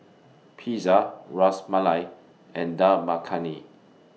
Pizza Ras Malai and Dal Makhani